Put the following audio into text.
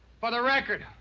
for the record.